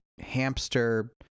hamster